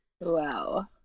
Wow